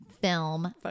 film